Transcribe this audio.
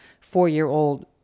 four-year-old